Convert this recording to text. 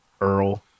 Earl